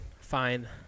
fine